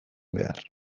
behar